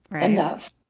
Enough